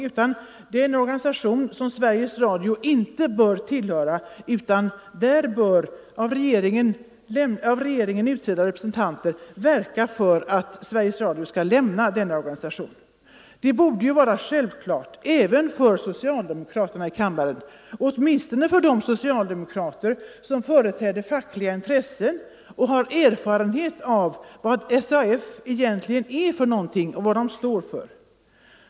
Det är en organisation som Sveriges Radio inte bör tillhöra, och regeringens utsedda representanter bör verka för att Sveriges Radio skall lämna denna organisation. Detta borde vara självklart även för socialdemokraterna i kammaren - åtminstone för dem som företräder fackliga intressen och har erfarenheter av vad SAF egentligen står för.